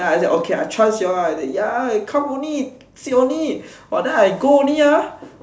then I say okay I trust you all ah ya come only sit only !wah! then I go only ah